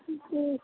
जी